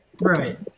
Right